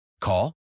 Call